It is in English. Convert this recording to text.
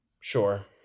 Sure